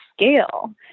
scale